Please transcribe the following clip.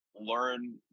learn